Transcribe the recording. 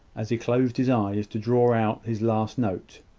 as he closed his eyes to draw out his last note.